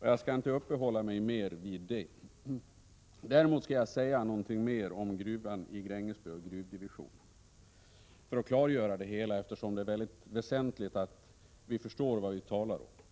Jag skall därför inte uppehålla mig mera vid detta. Däremot skall jag säga någonting mer om gruvdivisionen i Grängesberg för att klargöra det hela, eftersom det är väsentligt att vi förstår vad vi talar om.